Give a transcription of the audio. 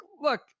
look